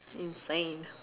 insane